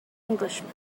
englishman